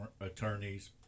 attorneys